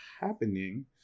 happening